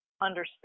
understand